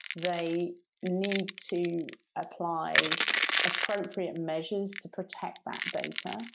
they need to apply appropriate measures to protect that data,